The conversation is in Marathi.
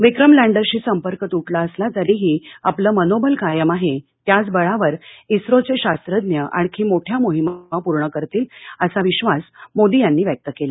विक्रम लँडरशी संपर्क तुटला असला तरीही आपलं मनोबल कायम आहे त्याच बळावर इस्रोघे शास्त्रज्ञ आणखी मोठ्या मोहिमा पूर्ण करतील असा विश्वास मोदी यांनी व्यक्त केला